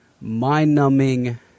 mind-numbing